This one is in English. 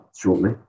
shortly